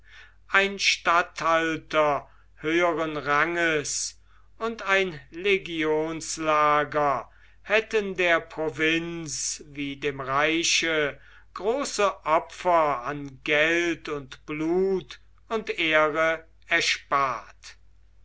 ein statthalter höheren ranges und ein legionslager hätten der provinz wie dem reiche große opfer an geld und blut und ehre erspart